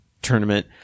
tournament